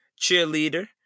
cheerleader